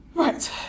Right